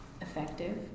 effective